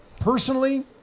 Personally